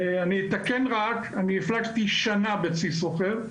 אני אתקן רק, אני הפלגתי שנה בצי סוחר,